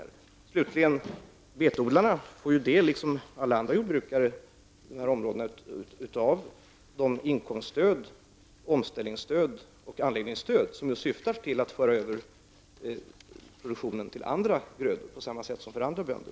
Jag vill slutligen säga att betodlarna som alla andra jordbrukare får del av de inkomststöd, omställningsstöd och anläggningsstöd som just syftar till att föra över produktionen till andra grödor.